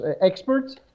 experts